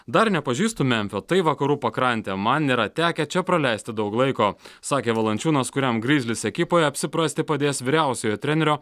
dar nepažįstu memfio tai vakarų pakrantė man nėra tekę čia praleisti daug laiko sakė valančiūnas kuriam grizlis ekipoje apsiprasti padės vyriausiojo trenerio